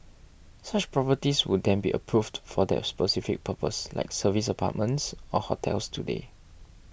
such properties would then be approved for that specific purpose like service apartments or hotels today